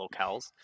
locales